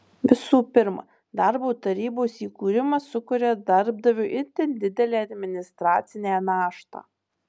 visų pirma darbo tarybos įkūrimas sukuria darbdaviui itin didelę administracinę naštą